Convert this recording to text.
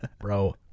Bro